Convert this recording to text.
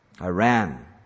Iran